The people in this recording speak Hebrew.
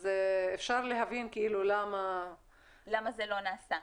אז אפשר להבין למה --- למה זה לא נעשה.